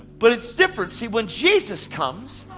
but it's different, see, when jesus comes.